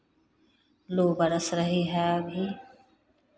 लू बरस रही है अभी